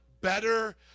better